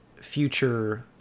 future